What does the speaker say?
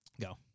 Go